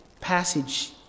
passage